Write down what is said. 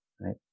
Right